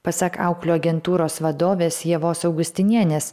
pasak auklių agentūros vadovės ievos augustinienės